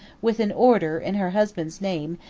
with an order, in her husband's name,